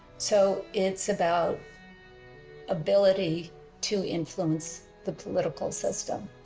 so it's about ability to influence the political system.